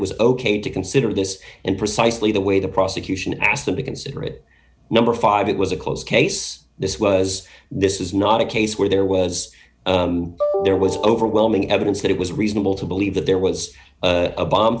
it was ok to consider this and precisely the way the prosecution asked them to consider it number five it was a close case this was this was not a case where there was there was overwhelming evidence that it was reasonable to believe that there was a bomb